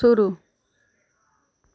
शुरू